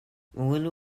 melinda